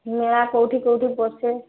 ମେଳା କେଉଁଠି କେଉଁଠି ବସେ